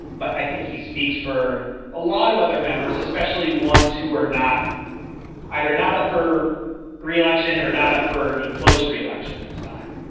but i think he speaks for a lot of other members, especially ones who are not either not up for re-election or not up for a close re-election this time.